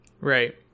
Right